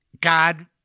God